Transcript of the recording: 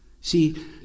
See